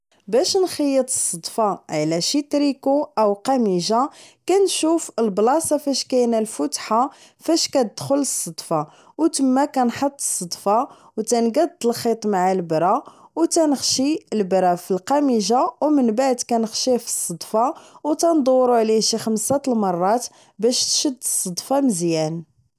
باش نخيط الصدفة على شي تريكو او قميجة كنشوف البلاصة اللي فيها الفتحة فاش كتدخل الصدفة و تما كنحط الصدفة و تنكاد الخيط مع البرة و نخشي بلبرة فالقميجة و من بعد كنخشيوه فالصدفة وتندورو عليه شي خمسة المرات باش تشد الصدفة مزيان